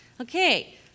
Okay